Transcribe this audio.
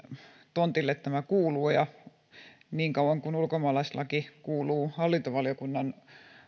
tontille tämä kuuluu niin kauan kuin ulkomaalaislaki kuuluu hallintovaliokunnan